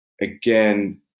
again